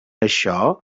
això